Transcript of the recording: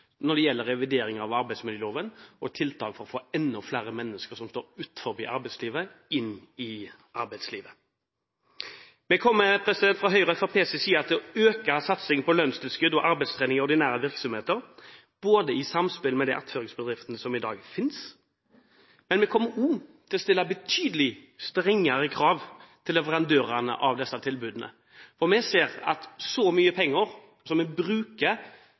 når det gjelder revidering av arbeidsmiljøloven og tiltak for å få enda flere mennesker som står utenfor arbeidslivet, inn i arbeidslivet. Vi kommer fra Høyres og Fremskrittspartiets side til å øke satsingen på lønnstilskudd og arbeidstrening i ordinære virksomheter i samspill med de attføringsbedriftene som i dag finnes, men vi kommer også til å stille betydelig strengere krav til leverandørene av disse tilbudene. Vi ser at når det gjelder så mye penger som vi bruker